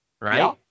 right